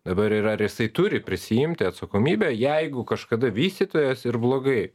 dabar ir ar jisai turi prisiimti atsakomybę jeigu kažkada vystytojas ir blogai